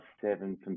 seven